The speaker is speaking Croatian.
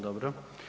Dobro.